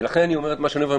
ולכן אני אומר את מה שאני אומר,